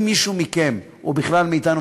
אם מישהו מכם ובכלל מאתנו,